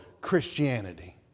Christianity